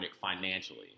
financially